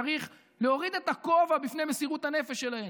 צריך להוריד את הכובע בפני מסירות הנפש שלהם,